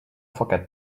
forget